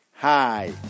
Hi